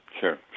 Sure